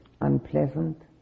unpleasant